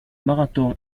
marathon